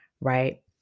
right